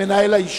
נמנע אחד.